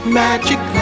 magic